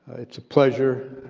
it's a pleasure,